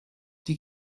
die